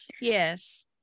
Yes